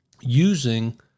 using